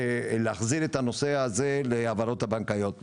להחזיר את הנושא הזה להעברות הבנקאיות.